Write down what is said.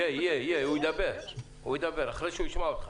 הוא ידבר אחרי שהוא ישמע אותך.